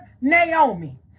Naomi